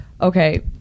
okay